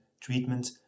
treatment